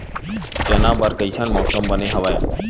चना बर कइसन मौसम बने हवय?